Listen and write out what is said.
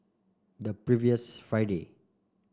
the previous Friday